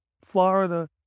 Florida